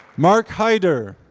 mark haidar.